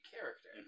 character